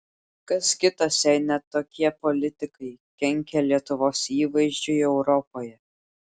kas kitas jei ne tokie politikai kenkia lietuvos įvaizdžiui europoje